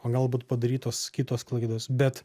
o galbūt padarytos kitos klaidos bet